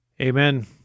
Amen